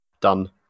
done